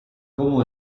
como